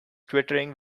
twittering